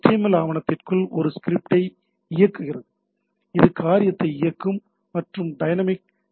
L ஆவணத்திற்குள் ஒரு ஸ்கிரிப்டை இயக்குகிறது' இது காரியத்தை இயக்கும் மற்றும் டைனமிக் ஹெச்